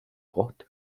koht